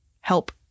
help